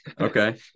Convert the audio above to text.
Okay